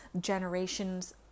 generations